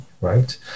right